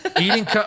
Eating